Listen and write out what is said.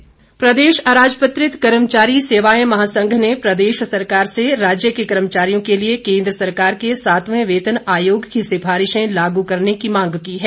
कर्मचारी प्रदेश अराजपत्रित कर्मचारी सेवाएं महासंघ ने प्रदेश सरकार से राज्य के कर्मचारियों के लिए केंद्र सरकार के सातवें वेतन आयोग की सिफारिशें लागू करने की मांग की है